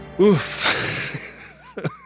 Oof